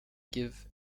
give